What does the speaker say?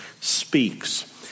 Speaks